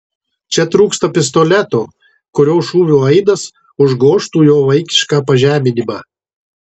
čia trūksta pistoleto kurio šūvio aidas užgožtų jo vaikišką pažeminimą